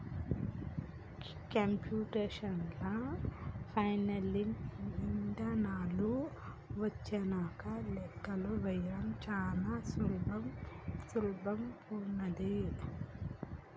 computational financing ఇదానాలు వచ్చినంక లెక్కలు వేయడం చానా సులభమైపోనాది